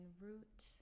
root